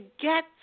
get